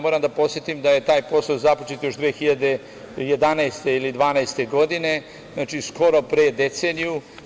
Moram da podsetim da je taj posao započet još 2011. ili 2012. godine, skoro pre deceniju.